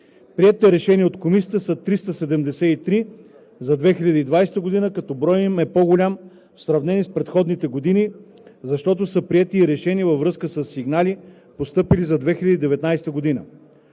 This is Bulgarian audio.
Приетите решения от Комисията са 373 за 2020 г., като броят им е по-голям в сравнение с предходните години, защото са приети решения във връзка със сигнали, постъпили за 2019 г.